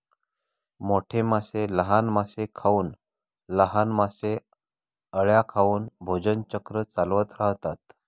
मोठे मासे लहान मासे खाऊन, लहान मासे अळ्या खाऊन भोजन चक्र चालवत राहतात